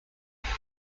eixa